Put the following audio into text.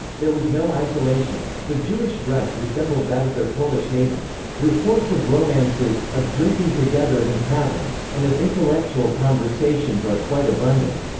there was no isolation. the jewish dress resembled that of their polish neighbor. reports of romances, of drinking together in taverns, and of intellectual conversations are quite abundant.